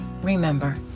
Remember